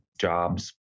jobs